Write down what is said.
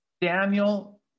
Daniel